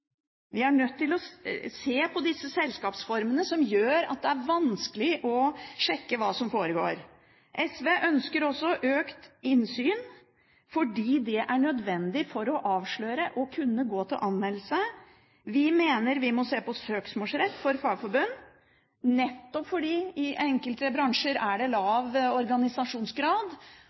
Vi er nødt til å se på disse selskapsformene, som gjør at det er vanskelig å sjekke hva som foregår. SV ønsker økt innsyn fordi det er nødvendig for å avsløre og å kunne gå til anmeldelse. Vi mener vi må se på søksmålsrett for fagforbund, nettopp fordi det i enkelte bransjer er lav organisasjonsgrad.